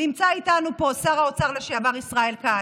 נמצא איתנו פה שר האוצר לשעבר ישראל כץ.